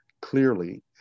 clearly